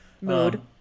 Mood